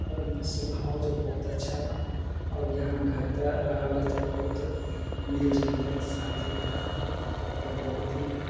आओर स्वभाव जे बहुत अच्छा बा अब यहाँ घरपर रहै ला तऽ बहुत मिलजुल करके साथे रहै ला आओर बहुत ही